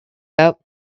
out